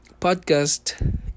podcast